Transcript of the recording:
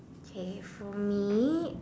K for me